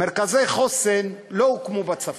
מרכזי חוסן לא הוקמו בצפון.